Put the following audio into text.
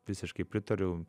visiškai pritariu